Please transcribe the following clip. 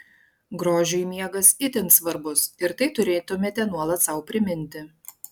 grožiui miegas itin svarbus ir tai turėtumėte nuolat sau priminti